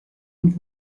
und